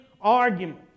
argument